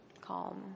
calm